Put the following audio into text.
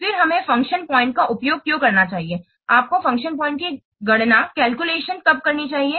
फिर हमें function points का उपयोग क्यों करना चाहिए आपको फ़ंक्शन पॉइंट्स की गणना कब करनी चाहिए